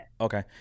Okay